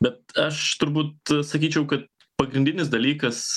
bet aš turbūt sakyčiau kad pagrindinis dalykas